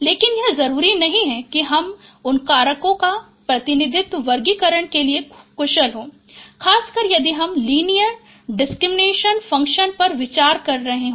लेकिन यह जरूरी नहीं है कि उन कारकों का प्रतिनिधित्व वर्गीकरण के लिए कुशल हो खासकर यदि हम लीनियर डिसक्रिमिनेट फंक्शन पर विचार कर रहे हों